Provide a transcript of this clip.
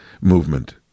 movement